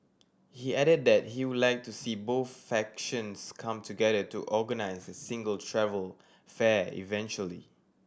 he added that he would like to see both factions come together to organise a single travel fair eventually